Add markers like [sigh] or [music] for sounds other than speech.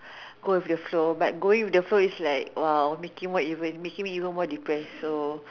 [breath] go with the flow but go with the flow is late !wow! making more even making me more depressed so